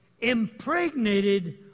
impregnated